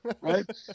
right